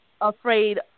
afraid